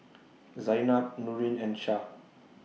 Zaynab Nurin and Syah